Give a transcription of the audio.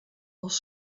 els